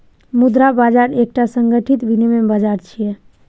मुद्रा बाजार एकटा संगठित विनियम बाजार छियै